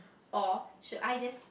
or should I just